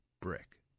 brick